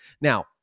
Now